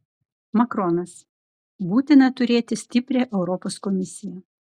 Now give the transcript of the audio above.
makronas būtina turėti stiprią europos komisiją